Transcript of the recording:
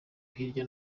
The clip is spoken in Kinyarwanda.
hirya